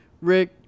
Rick